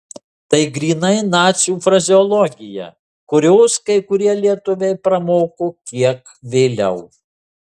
tai grynai nacių frazeologija kurios kai kurie lietuviai pramoko kiek vėliau